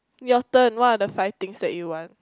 your turn what are the five things that you want